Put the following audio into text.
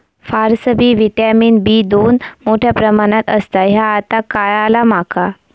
फारसबी vitamin B दोन मोठ्या प्रमाणात असता ह्या आता काळाला माका